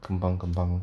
kembang kembang